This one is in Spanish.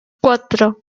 cuatro